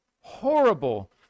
horrible